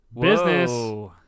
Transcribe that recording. Business